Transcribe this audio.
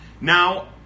Now